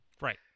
Right